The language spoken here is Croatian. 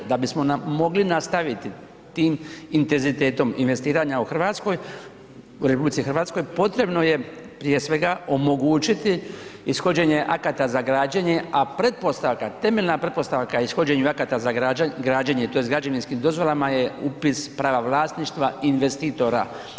Da bismo mogli nastaviti tim intenzitetom investiranja u RH, potrebno je prije svega omogućiti ishođenje akata za građenje, a pretpostavka, temeljna pretpostavka ishođenju akata za građenje tj. građevinskim dozvolama je upis prava vlasništva i investitora.